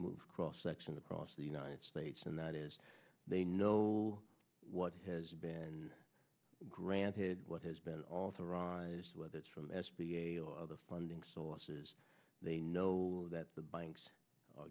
move cross section the cross the united states and that is they know what has been granted what has been authorized whether it's from s b a or other funding sources they know that the banks